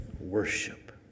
worship